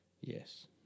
yes